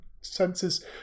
senses